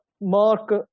mark